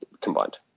combined